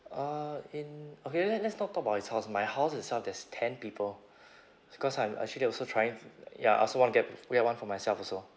uh in okay le~ let's not talk about his house my house itself there's ten people is cause I'm actually also tryi~ f~ ya I also want to get get one for myself also